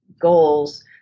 goals